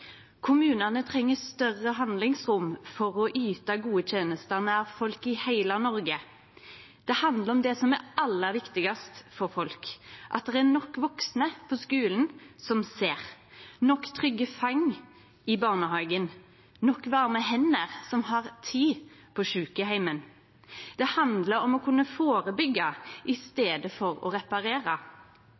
Kommunane treng større handlingsrom for å yte gode tenester nær folk i heile Noreg. Det handlar om det som er aller viktigast for folk: at det er nok vaksne som ser på skulen; nok trygge fang i barnehagen; nok varme hender som har tid på sjukeheimen. Det handlar om å kunne førebyggje i staden for å